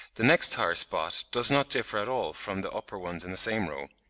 the next higher spot does not differ at all from the upper ones in the same row.